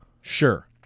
Sure